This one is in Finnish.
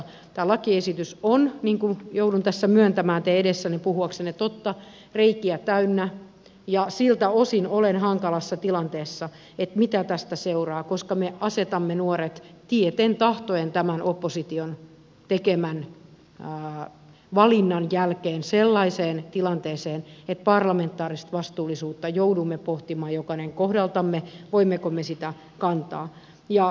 tämä lakiesitys niin kuin joudun tässä myöntämään teidän edessänne puhuakseni totta on reikiä täynnä ja siltä osin olen hankalassa tilanteessa mitä tästä seuraa koska me asetamme nuoret tieten tahtoen tämän opposition tekemän valinnan jälkeen sellaiseen tilanteeseen että parlamentaarista vastuullisuutta joudumme pohtimaan jokainen kohdaltamme voimmeko me sitä kantaa